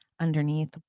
underneath